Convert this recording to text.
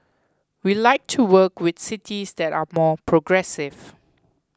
we like to work with cities that are more progressive